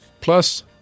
Plus